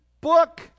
book